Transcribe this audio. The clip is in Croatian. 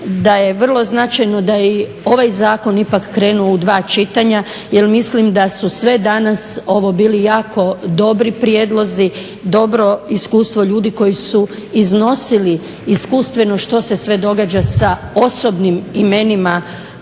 da je vrlo značajno da je i ovaj zakon ipak krenuo u dva čitanja, jel mislim da su sve danas ovo bili dobri prijedlozi, dobro iskustvo ljudi koji su iznosili iskustveno što se sve događa sa osobnim imenima